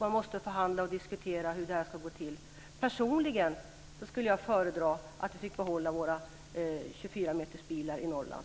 Man måste förhandla och diskutera. Personligen skulle jag föredra att vi fick behålla våra 24-metersbilar i Norrland.